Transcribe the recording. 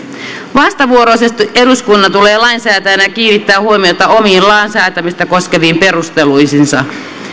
vastavuoroisesti eduskunnan tulee lainsäätäjänä kiinnittää huomiota omiin lain säätämistä koskeviin perusteluihinsa